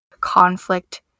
Conflict